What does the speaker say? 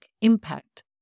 Impact